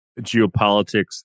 geopolitics